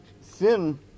sin